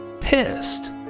pissed